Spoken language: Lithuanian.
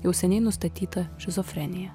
jau seniai nustatyta šizofrenija